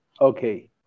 okay